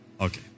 Okay